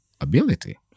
ability